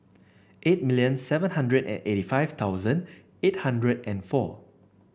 eight million seven hundred and eighty five thousand eight hundred and four